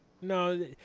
No